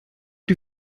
die